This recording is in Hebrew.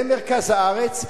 במרכז הארץ,